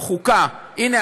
הלגיטימית,